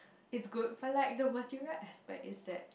is good but like the material I expect is that